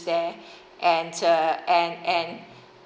there and uh and and